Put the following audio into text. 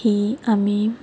ही आमी